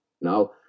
Now